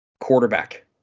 quarterback